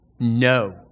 no